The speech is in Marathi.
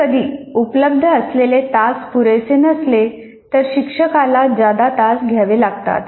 कधीकधी उपलब्ध असलेले तास पुरेसे नसले तर शिक्षकाला जादा तास घ्यावे लागतात